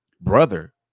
brother